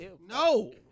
No